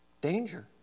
Danger